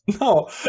No